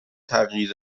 تغییر